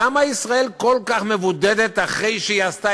למה ישראל כל כך מבודדת אחרי שהיא עשתה